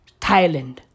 Thailand